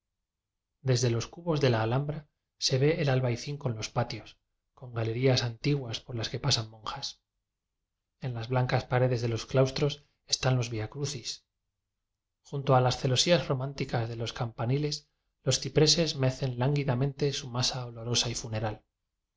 desde los cubos de la alhambra se ve el albayzín con los patios con galerías anti guas por las que pasan monjas en las blancas paredes de los claustros están los vía crucis junto a las celosías románticas de los campaniles los cipreces mecen lán guidamente su masa olorosa y funeral son